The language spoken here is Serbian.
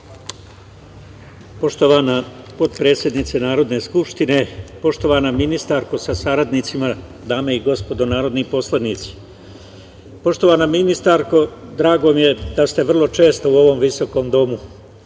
Poštovana potpredsednice Narodne skupštine, poštovana ministarko sa saradnicima, dame i gospodo narodni poslanici, poštovana ministarko, drago mi je da ste vrlo često u ovom visokom domu